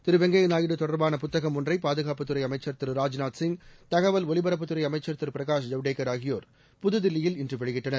திரு வெங்கைய நாயுடு தொடர்பான புத்தகம் ஒன்றை பாதுகாப்புத்துறை அமைச்சர் திரு ராஜ்நாத்சிங் தகவல் ஒலிபரப்புத்துறை அமைச்சர் திரு பிரகாஷ் ஜவடேக்கர் ஆகியோர் புதுதில்லியில் இன்று வெளியிட்டனர்